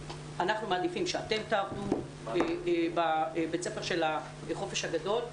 שהם יעבדו בבית הספר של החופש הגדול.